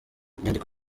inyandiko